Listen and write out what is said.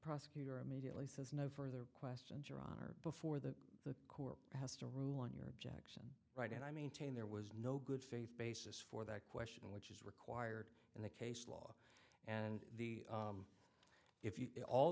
prosecutor immediately says no further questions your honor before the court has to rule on your objection right and i maintain there was no good faith basis for that question which is required in the case law and the if you all